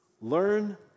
Learn